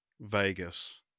Vegas